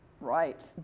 Right